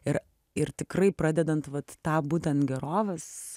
ir ir tikrai pradedant vat tą būtent gerovės